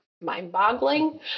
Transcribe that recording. mind-boggling